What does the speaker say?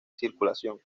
circulación